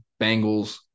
Bengals